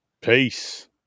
Peace